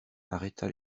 arrêta